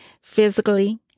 physically